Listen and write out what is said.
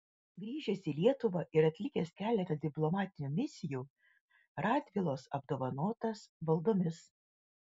grįžęs į lietuvą ir atlikęs keletą diplomatinių misijų radvilos apdovanotas valdomis